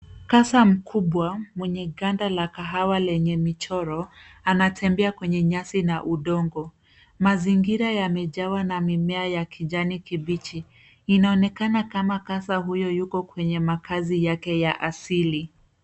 Kasa mkubwa mwenye ganda la kahawa lenye michoro anatembea kwenye nyasi na udongo. Mazingira yamejawa na mimea ya kijani kibichi. Inaonekana kama kasa huyo yuko kwenye makazi yake ya asili.